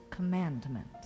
commandment